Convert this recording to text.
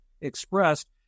expressed